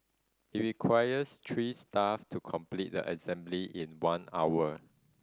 it requires three staff to complete the assembly in one hour